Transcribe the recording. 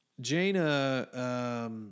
Jaina